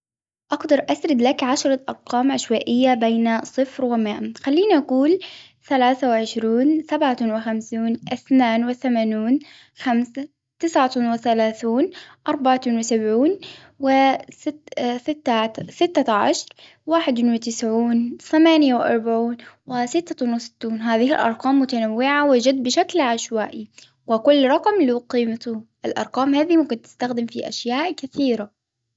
أقدر أسرد لك عشرة أرقام عشوائية بين صفر ومئة، خليني أقول ثلاثة وعشرون، سبعة الأرقام هذه ممكن تستخدم في أشياء كثيرة.